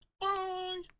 Bye